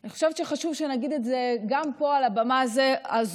אני חושבת שחשוב שנגיד את זה גם פה על הבמה הזאת,